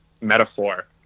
metaphor